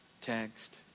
Text